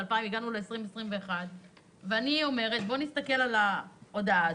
הגענו ל-2021 ואני אומרת שנסתכל על ההודעה.